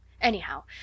anyhow